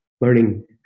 learning